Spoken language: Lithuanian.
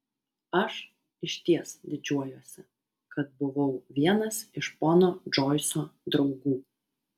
aš išties didžiuojuosi kad buvau vienas iš pono džoiso draugų